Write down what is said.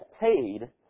paid